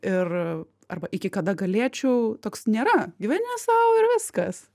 ir arba iki kada galėčiau toks nėra gyveni sau ir viskas